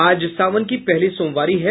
आज सावन की पहली सोमवारी है